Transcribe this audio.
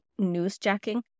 newsjacking